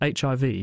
HIV